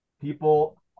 people